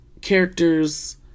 characters